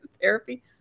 therapy